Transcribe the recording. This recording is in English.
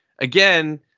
again